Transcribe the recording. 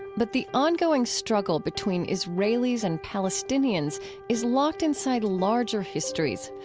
but the ongoing struggle between israelis and palestinians is locked inside larger histories,